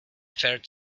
fared